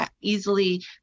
easily